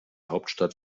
hauptstadt